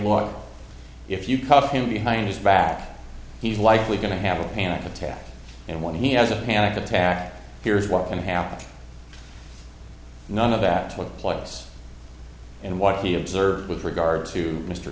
was if you caught him behind his back he's likely going to have a panic attack and when he has a panic attack here's what can happen none of that took place and what he observed with regard to mr